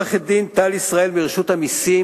לעורכת-דין טל ישראל מרשות המסים,